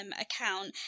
account